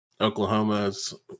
Oklahoma's